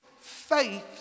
faith